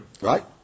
Right